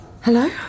Hello